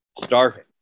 starving